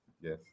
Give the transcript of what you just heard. Yes